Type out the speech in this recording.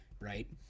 right